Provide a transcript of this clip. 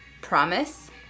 Promise